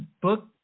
book